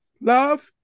love